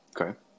okay